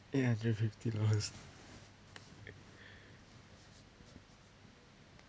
yes the fifty lowest